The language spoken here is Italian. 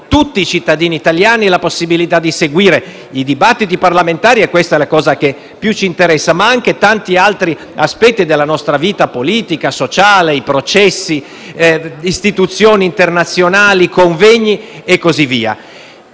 tutti i cittadini italiani la possibilità di seguire i dibattiti parlamentari - e questo è l'elemento che più ci interessa - ma anche tanti altri aspetti della nostra vita politica e sociale, i processi, le istituzioni internazionali, i convegni e così via.